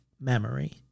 memory